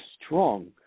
strong